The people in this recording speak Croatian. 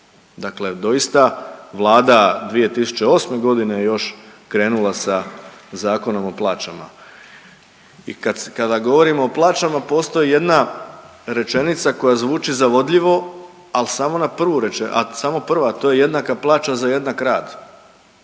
Dakle, doista Vlada 2008.g. je još krenula sa Zakonom o plaćama i kada govorimo o plaćama postoji jedna rečenica koja zvuči zavodljivo, a samo prva, a to je jednaka plaća za jednak rad,